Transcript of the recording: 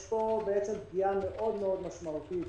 יש פה פגיעה משמעותית